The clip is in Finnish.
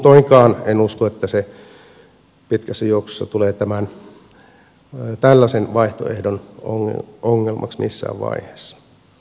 muutoinkaan en usko että se pitkässä juoksussa tulee tällaisen vaihtoehdon ongelmaksi missään vaiheessa